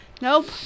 Nope